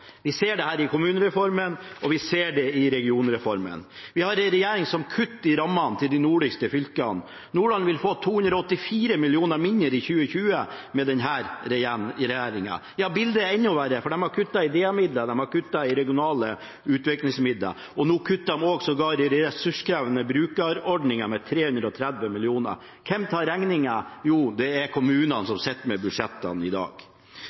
Vi ser dette i kommunereformen, og vi ser det i regionreformen. Vi har ei regjering som kutter i rammene til de nordligste fylkene. Nordland vil få 284 mill. kr mindre i 2020 med denne regjeringen. Ja, bildet er enda verre, for de har kuttet i DA-midler, de har kuttet i regionale utviklingsmidler, og nå kutter de sågar i ressurskrevende brukerordninger med 330 mill. kr. Hvem tar regningen? Jo, det gjør kommunene, som sitter med budsjettene i dag.